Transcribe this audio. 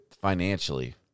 financially